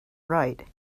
right